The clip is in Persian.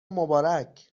مبارک